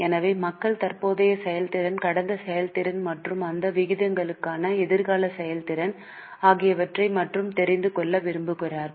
எனவே மக்கள் தற்போதைய செயல்திறன் கடந்த செயல்திறன் மற்றும் அந்த விகிதங்களுக்கான எதிர்கால செயல்திறன் ஆகியவற்றை மட்டும் தெரிந்து கொள்ள விரும்புகிறார்கள்